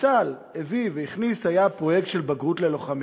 שצה"ל הביא והכניס היה פרויקט בגרות ללוחמים.